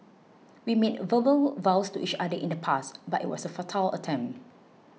we made verbal vows to each other in the past but it was a futile attempt